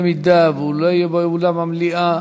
אם הוא לא יהיה באולם המליאה,